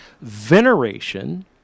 Veneration